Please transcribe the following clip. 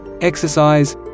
Exercise